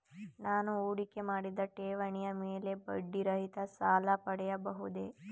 ನಾನು ಹೂಡಿಕೆ ಮಾಡಿದ ಠೇವಣಿಯ ಮೇಲೆ ಬಡ್ಡಿ ರಹಿತ ಸಾಲ ಪಡೆಯಬಹುದೇ?